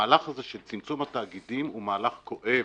המהלך של צמצום התאגידים הוא מהלך כואב,